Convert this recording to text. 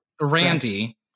Randy